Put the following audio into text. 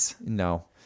no